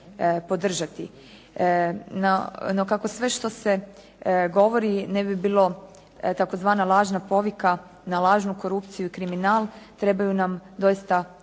kako sve što se govori ne bi bilo tzv. lažna povika na lažnu korupciju i kriminal, trebaju nam doista konkretne